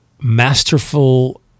masterful